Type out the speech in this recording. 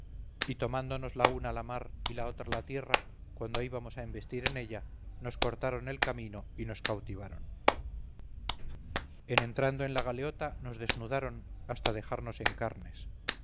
y tomándonos la una la mar y la otra la tierra cuando íbamos a embestir en ella nos cortaron el camino y nos cautivaron en entrando en la galeota nos desnudaron hasta dejarnos en carnes